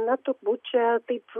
na turbūt čia taip